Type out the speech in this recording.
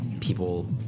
people